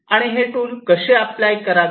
आणि हे टूल कसे अप्लाय करावे